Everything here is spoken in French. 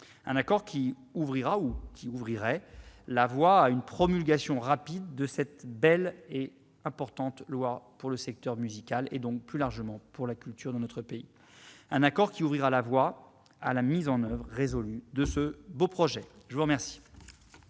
un accord qui ouvrira la voie à une promulgation rapide de cette belle et importante loi pour le secteur musical et, plus largement, pour la culture dans notre pays ; un accord qui ouvrira la voie à la mise en oeuvre résolue de ce beau projet. La parole